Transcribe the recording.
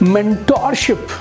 Mentorship